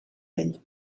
vell